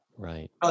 Right